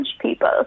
people